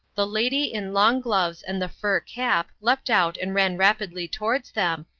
the lady in long gloves and the fur cap leapt out and ran rapidly towards them,